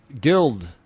Guild